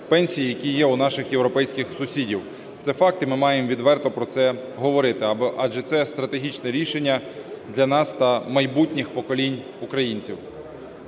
пенсій, які є у наших європейських сусідів. Це факт, і ми маємо відверто про це говорити, адже це стратегічне рішення для нас та майбутніх поколінь українців.